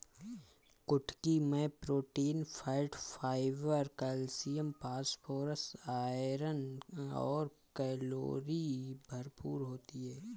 कुटकी मैं protein, fat, fibre, calcium, phosphorus, iron और कैलोरी भरपूर होती है